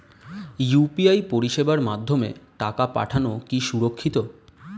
UPI পরিষেবার মাধ্যমে টাকা পাঠানো কি সুরক্ষিত?